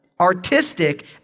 artistic